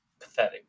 pathetic